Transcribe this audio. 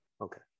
Okay